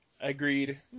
Agreed